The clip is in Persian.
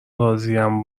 راضیم